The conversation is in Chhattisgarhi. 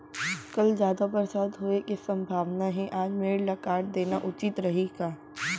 कल जादा बरसात होये के सम्भावना हे, आज मेड़ ल काट देना उचित रही का?